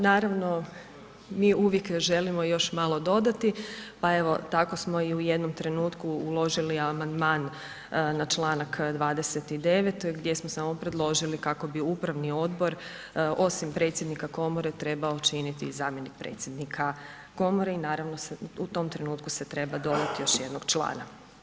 Naravno, mi uvijek želimo još malo dodati, pa evo tako smo i u jednom trenutku uložili amandman na čl. 29. gdje smo samo predložili kako bi upravni odbor osim predsjednika komore trebao činiti i zamjenik predsjednika komore i naravno u tom trenutku se treba dodati još jednog člana.